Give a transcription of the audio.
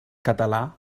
català